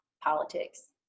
politics